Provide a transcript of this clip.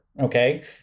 Okay